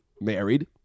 Married